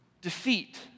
Defeat